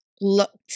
looked